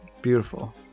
Beautiful